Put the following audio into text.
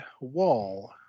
wall